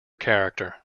character